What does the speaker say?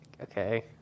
Okay